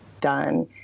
done